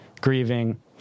grieving